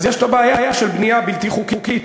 אז יש בעיה של בנייה בלתי חוקית.